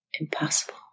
Impossible